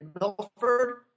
Milford